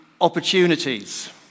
opportunities